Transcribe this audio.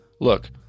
look